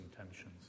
intentions